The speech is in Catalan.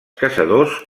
caçadors